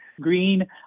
green